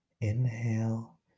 Inhale